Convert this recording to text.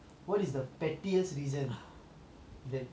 that you you dislike someone for